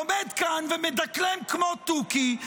עומד כאן ומדקלם כמו תוכי,